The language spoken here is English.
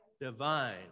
divine